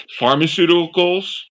pharmaceuticals